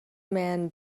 man